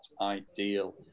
ideal